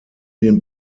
den